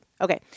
Okay